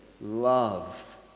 love